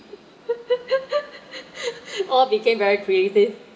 all became very creative